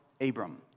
Abram